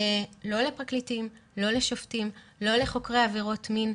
לא לפרקליטים, לא לשופטים, לא לחוקרי עבירות מין.